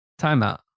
timeout